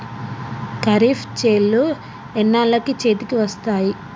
ఖరీఫ్ చేలు ఎన్నాళ్ళకు చేతికి వస్తాయి?